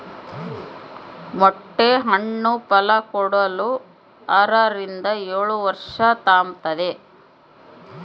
ಮೊಟ್ಟೆ ಹಣ್ಣು ಫಲಕೊಡಲು ಆರರಿಂದ ಏಳುವರ್ಷ ತಾಂಬ್ತತೆ